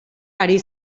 ari